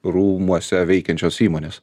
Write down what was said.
rūmuose veikiančios įmonės